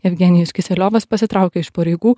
jevgenijus kiseliovas pasitraukė iš pareigų